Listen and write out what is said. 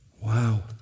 Wow